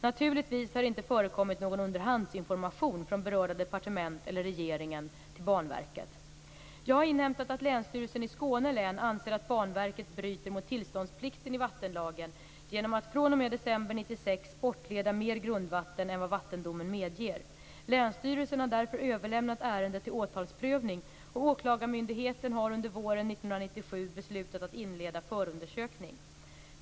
Naturligtvis har det inte förekommit någon underhandsinformation från berörda departement eller regeringen till Banverket. Jag har inhämtat att Länsstyrelsen i Skåne län anser att Banverket bryter mot tillståndsplikten i vattenlagen genom att fr.o.m. december 1996 bortleda mer grundvatten än vad vattendomen medger. Länsstyrelsen har därför överlämnat ärendet till åtalsprövning, och åklagarmyndigheten har under våren 1997 beslutat att inleda förundersökning.